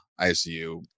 ICU